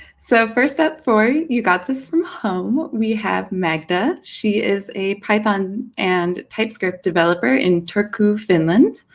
so, first up for you got this from home, we have magda. she is a python and typescript developer in turku, finland,